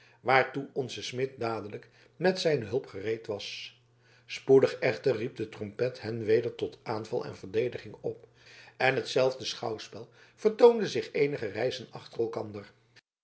waartoe onze smid dadelijk met zijne hulp gereed was spoedig echter riep de trompet hen weder tot aanval en verdediging op en hetzelfde schouwspel vertoonde zich eenige reizen achter elkander